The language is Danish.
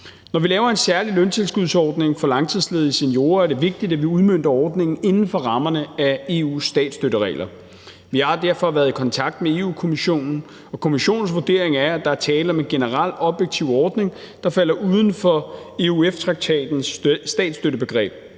Når vi laver en særlig løntilskudsordning for langtidsledige seniorer, er det vigtigt, at vi udmønter ordningen inden for rammerne af EU's statsstøtteregler. Vi har derfor været i kontakt med Europa-Kommissionen, og Kommissionens vurdering er, at der er tale om en generel objektiv ordning, der falder uden for EUF-traktatens statsstøttebegreb.